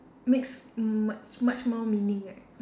makes much much more meaning right